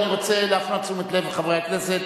אני רוצה להפנות את תשומת לב חברי הכנסת,